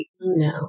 No